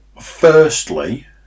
firstly